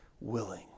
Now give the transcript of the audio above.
willing